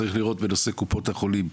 צריך לראות בנושא קופות החולים.